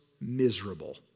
miserable